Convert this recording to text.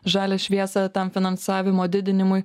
žalią šviesą tam finansavimo didinimui